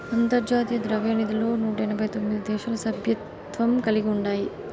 అంతర్జాతీయ ద్రవ్యనిధిలో నూట ఎనబై తొమిది దేశాలు సభ్యత్వం కలిగి ఉండాయి